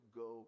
go